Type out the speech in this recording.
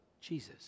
Jesus